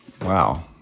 Wow